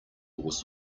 was